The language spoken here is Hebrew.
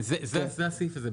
זה הסעיף הזה.